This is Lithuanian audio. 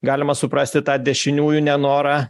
galima suprasti tą dešiniųjų nenorą